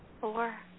four